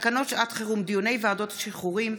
תקנות שעת חירום (דיוני ועדות שחרורים),